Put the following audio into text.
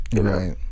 right